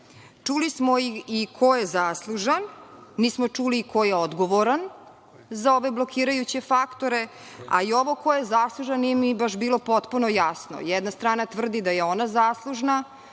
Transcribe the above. Čuli smo i ko je zaslužan. Nismo čuli ko je odgovoran za ove blokirajuće faktore, a i ovo ko je zaslužan nije mi baš bilo potpuno jasno. Jedna strana tvrdi da je ona zaslužna,